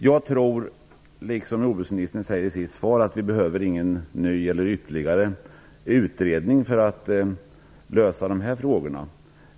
Jag tror inte, precis som jordbruksministern säger i sitt svar, att vi behöver ytterligare utredningar för att lösa dessa problem.